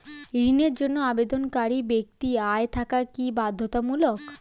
ঋণের জন্য আবেদনকারী ব্যক্তি আয় থাকা কি বাধ্যতামূলক?